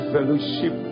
Fellowship